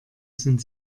sind